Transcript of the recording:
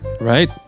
Right